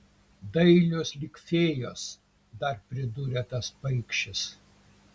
dailios lyg fėjos dar pridūrė tas paikšis